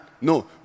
No